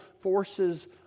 forces